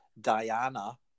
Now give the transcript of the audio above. diana